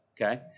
Okay